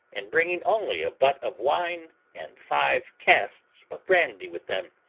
and bringing only a butt of wine and five casks of brandy with them,